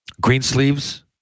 Greensleeves